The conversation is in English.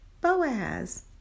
Boaz